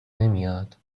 نمیاد